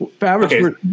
average